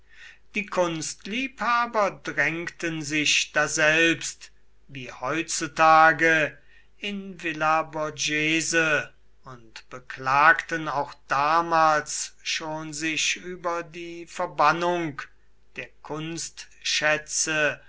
die kunstliebhaber drängten sich daselbst wie heutzutage in villa borghese und beklagten auch damals schon sich über die verbannung der